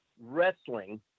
wrestling